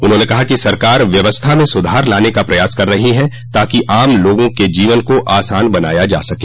उन्होंने कहा कि सरकार व्यवस्था में सुधार लाने का प्रयास कर रही है ताकि आम लोगों के जीवन को आसान बनाया जा सके